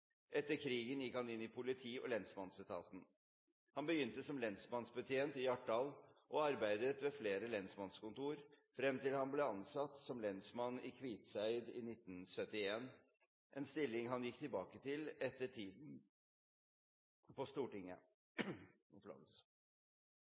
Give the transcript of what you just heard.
Etter krigen gikk han inn i politi- og lensmannsetaten. Han begynte som lensmannsbetjent i Hjartdal og arbeidet ved flere lensmannskontor frem til han ble ansatt som lensmann i Kviteseid i 1971, en stilling han gikk tilbake til etter tiden på Stortinget.